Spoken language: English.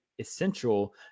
essential